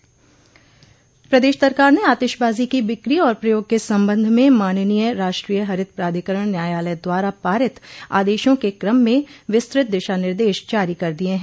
सरकार आतिशबाजी प्रदेश सरकार ने आतिशबाजी की बिक्री और प्रयोग के संबंध में माननीय राष्ट्रीय हरित प्राधिकरण न्यायालय द्वारा पारित आदेशों के क्रम में विस्तृत दिशा निर्देश जारी कर दिये हैं